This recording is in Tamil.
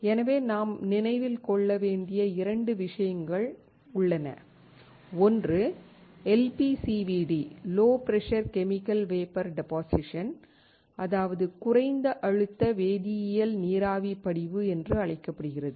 எனவே நாம் நினைவில் கொள்ள வேண்டிய 2 விஷயங்கள் உள்ளன ஒன்று LPCVD Low Pressure Chemical Vapor Deposition அதாவது குறைந்த அழுத்த வேதியியல் நீராவி படிவு என்று அழைக்கப்படுகிறது